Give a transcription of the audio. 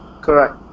correct